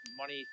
money